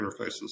interfaces